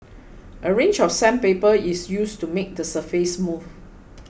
a range of sandpaper is used to make the surface smooth